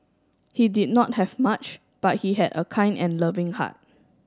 he did not have much but he had a kind and loving heart